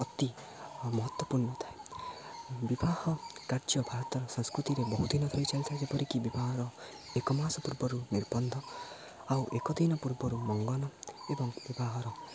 ଅତି ମହତ୍ୱପୂର୍ଣ୍ଣ ହୋଇଥାଏ ବିବାହ କାର୍ଯ୍ୟ ଭାରତର ସଂସ୍କୃତିରେ ବହୁତ ଦିନ ଧରି ଚାଲିଥାଏ ଯେପରିକି ବିବାହର ଏକମାସ ପୂର୍ବରୁ ନିର୍ବନ୍ଧ ଆଉ ଏକଦିନ ପୂର୍ବରୁ ମଙ୍ଗନ ଏବଂ ବିବାହର